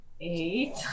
Eight